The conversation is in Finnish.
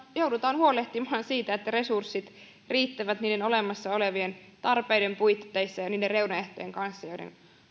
joudutaan huolehtimaan siitä että resurssit riittävät niiden olemassa olevien tarpeiden puitteissa ja niiden reunaehtojen kanssa joiden